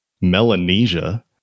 Melanesia